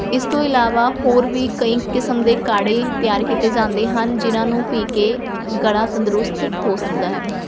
ਇਸ ਤੋਂ ਇਲਾਵਾ ਹੋਰ ਵੀ ਕਈ ਕਿਸਮ ਦੇ ਕਾੜ੍ਹੇ ਤਿਆਰ ਕੀਤੇ ਜਾਂਦੇ ਹਨ ਜਿਨ੍ਹਾਂ ਨੂੰ ਪੀ ਕੇ ਗਲਾ ਤੰਦਰੁਸਤ ਹੋ ਸਕਦਾ ਹੈ